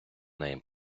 неї